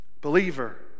Believer